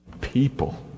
People